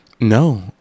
No